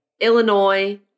Illinois